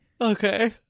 Okay